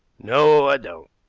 no, i don't.